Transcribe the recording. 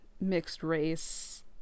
mixed-race